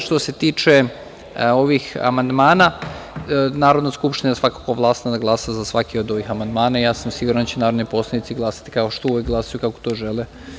Što se tiče ovih amandmana, Narodna skupština svakako je glasna da glasa za svaki od ovih amandmana, siguran da će narodni poslanici glasati kao što uvek glasaju, kako to žele.